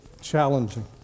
challenging